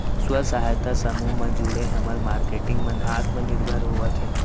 स्व सहायता समूह म जुड़े हमर मारकेटिंग मन आत्मनिरभर होवत हे